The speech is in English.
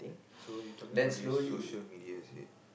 so you talking about this social media is it